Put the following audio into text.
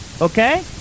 Okay